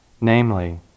namely